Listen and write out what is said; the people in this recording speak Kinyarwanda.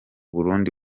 burundi